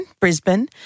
Brisbane